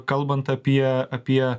kalbant apie apie